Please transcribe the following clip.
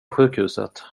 sjukhuset